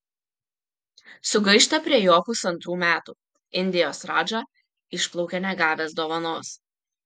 sugaišta prie jo pusantrų metų indijos radža išplaukia negavęs dovanos